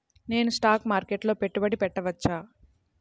నేను స్టాక్ మార్కెట్లో పెట్టుబడి పెట్టవచ్చా?